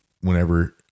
whenever –